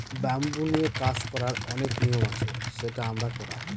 bamboo নিয়ে কাজ করার অনেক নিয়ম আছে সেটা আমরা করায়